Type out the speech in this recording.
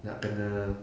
nak kena